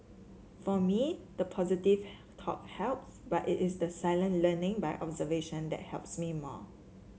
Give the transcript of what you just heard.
for me the positive talk helps but it is the silent learning by observation that helps me more